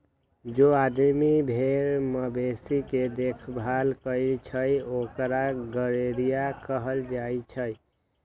जे आदमी भेर मवेशी के देखभाल करई छई ओकरा गरेड़िया कहल जाई छई